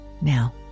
now